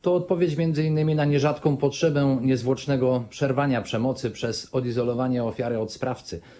To odpowiedź m.in. na nierzadką potrzebę niezwłocznego przerwania przemocy przez odizolowanie ofiary od sprawcy.